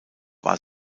war